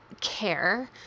care